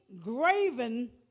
graven